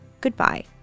goodbye